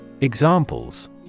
Examples